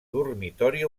dormitori